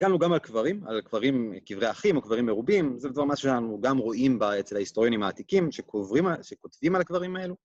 הגענו גם על קברים, על קברים, קברי אחים או קברים מרובים, זה דבר מה שאנו גם רואים אצל ההיסטוריונים העתיקים שכותבים על הקברים האלו.